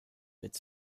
its